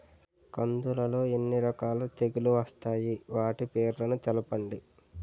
కందులు లో ఎన్ని రకాల తెగులు వస్తాయి? వాటి పేర్లను తెలపండి?